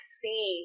see